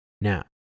Now